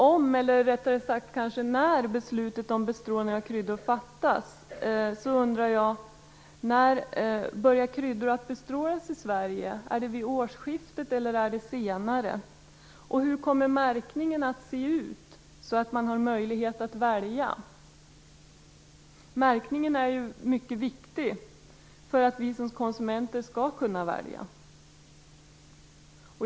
Om - eller kanske rättare sagt då - beslutet om bestrålning av kryddor fattas undrar jag när kryddor kommer att börja bestrålas i Sverige. Är det vid årsskiftet eller är det senare? Och hur kommer märkningen att se ut så att man har möjlighet att välja? Märkningen är mycket viktig för att vi som konsumenter skall kunna välja.